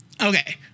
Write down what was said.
Okay